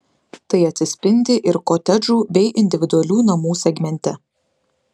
tai atsispindi ir kotedžų bei individualių namų segmente